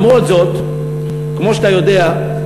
למרות זאת, כמו שאתה יודע,